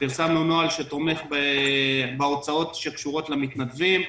פרסמנו נוהל שתומך בהוצאות שקשורות למתנדבים,